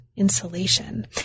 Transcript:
insulation